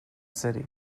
city